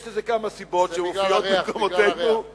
יש לזה כמה סיבות שמופיעות במקומותינו זה בגלל הריח,